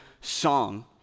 song